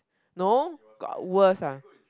no got worse ah